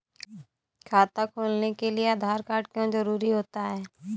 खाता खोलने के लिए आधार कार्ड क्यो जरूरी होता है?